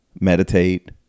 meditate